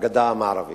בגדה המערבית.